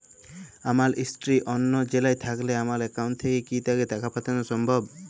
আমার স্ত্রী অন্য জেলায় থাকলে আমার অ্যাকাউন্ট থেকে কি তাকে টাকা পাঠানো সম্ভব?